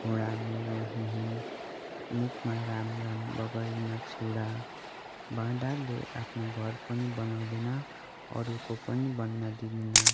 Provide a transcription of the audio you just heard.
घोडा मेरो हि हि मुखमा राम राम बगलीमा छुरा बाँदरले आफ्नो घर पनि बनाउँदैन अरूको पनि बन्न दिँदैन